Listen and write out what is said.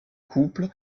couple